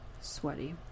sweaty